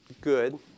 good